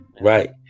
right